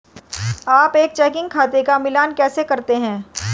आप एक चेकिंग खाते का मिलान कैसे करते हैं?